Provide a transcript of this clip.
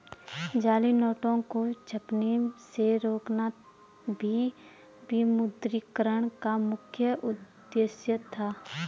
जाली नोटों को छपने से रोकना भी विमुद्रीकरण का मुख्य उद्देश्य था